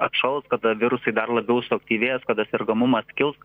atšals kada virusai dar labiau suaktyvės kada sergamumas kils